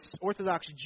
Orthodox